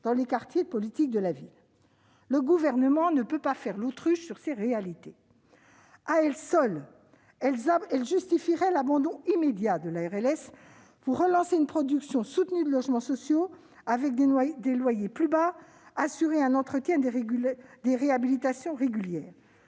de la politique de la ville. Le Gouvernement ne peut pas faire l'autruche sur ces réalités. À elles seules, elles justifieraient l'abandon immédiat de la RLS pour relancer une production soutenue de logements sociaux avec des niveaux de loyers plus bas et pour assurer un entretien et des réhabilitations réguliers